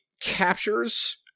captures